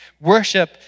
worship